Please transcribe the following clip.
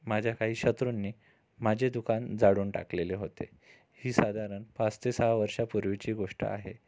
माझ्या काही शत्रूंनी माझे दुकान जाळून टाकलेले होते ही साधारण पाच ते सहा वर्षापूर्वीची गोष्ट आहे